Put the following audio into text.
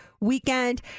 weekend